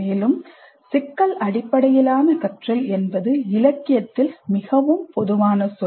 மேலும் சிக்கல் அடிப்படையிலான கற்றல் என்பது இலக்கியத்தில் மிகவும் பொதுவான சொல்